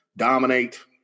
dominate